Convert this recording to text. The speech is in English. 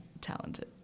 talented